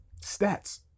stats